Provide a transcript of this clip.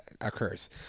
occurs